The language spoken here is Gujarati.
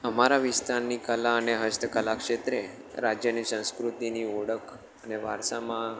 અમારા વિસ્તારની કલા અને હસ્તકલા ક્ષેત્રે રાજ્યની સંસ્કૃતિની ઓળખ અને વારસામાં